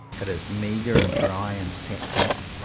it is meagre and dry and sapless.